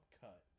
cut